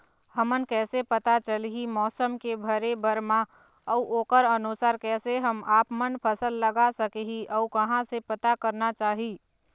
हमन कैसे पता चलही मौसम के भरे बर मा अउ ओकर अनुसार कैसे हम आपमन फसल लगा सकही अउ कहां से पता करना चाही?